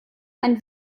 ein